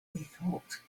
thought